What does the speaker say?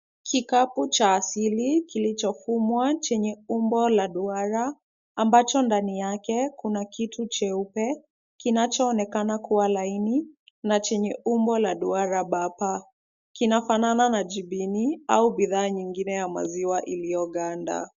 Kikapu cha asili kilichohumwa chenye umbo la duara ambacho ndani yake kuna kitu cheupe kinachoonekana kuwa laini na chenye umbo la duara bapao. Kinafanana na jibini au bidhaa ingine ya maziwa iliyoganda.